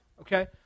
okay